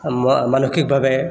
ম মানসিকভাৱে